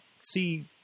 see